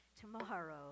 tomorrow